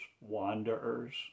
wanderers